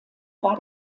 war